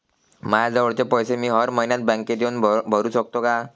मायाजवळचे पैसे मी हर मइन्यात बँकेत येऊन भरू सकतो का?